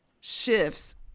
shifts